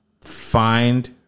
find